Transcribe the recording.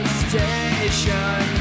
station